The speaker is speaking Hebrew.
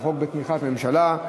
החוק בתמיכת הממשלה.